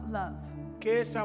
love